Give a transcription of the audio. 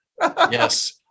Yes